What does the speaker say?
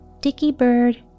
Dicky-bird